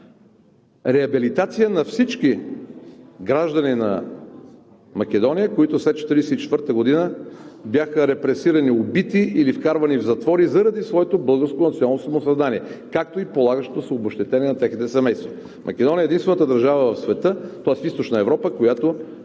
Реабилитация на всички граждани на Македония, които след 1944 г. бяха репресирани, убити или вкарвани в затвори заради своето българско национално самосъзнание, както и полагащото се обезщетение на техните семейства. Македония е единствената държава в света, тоест в Източна Европа, която